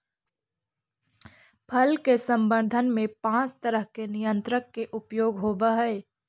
फल के संवर्धन में पाँच तरह के नियंत्रक के उपयोग होवऽ हई